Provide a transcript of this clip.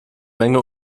menge